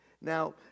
Now